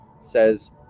says